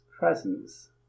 Presence